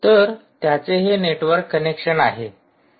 तर त्याचे हे नेटवर्क कनेक्शन आहे